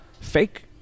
fake